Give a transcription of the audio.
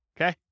Okay